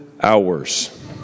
hours